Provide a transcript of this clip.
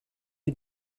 who